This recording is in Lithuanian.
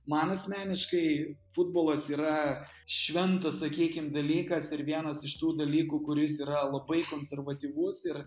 man asmeniškai futbolas yra šventas sakykim dalykas ir vienas iš tų dalykų kuris yra labai konservatyvus ir